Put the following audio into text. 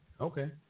okay